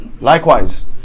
likewise